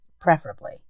preferably